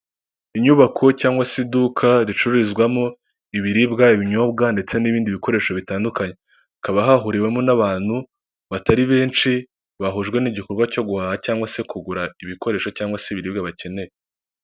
Inyubako cyangwa se iduka ricururizwamo ibiribwa, ibinyobwa ndetse n'ibindi bikoresho bitandukanye, hakaba hahuriwemo n'abantu batari benshi bahujwe n'igikorwa cyo guhaha cyangwa se kugura ibikoresho cyangwa se ibiribwa bakeneye.